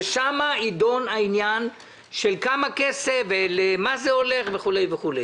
ושם יידון העניין של כמה כסף ולמה זה הולך וכו'.